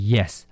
Yes